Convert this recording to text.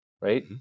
right